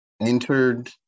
entered